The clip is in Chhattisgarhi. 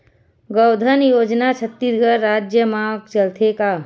गौधन योजना छत्तीसगढ़ राज्य मा चलथे का?